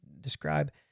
describe